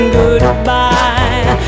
goodbye